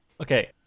Okay